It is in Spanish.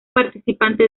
participante